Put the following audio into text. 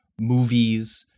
movies